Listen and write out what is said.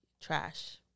trash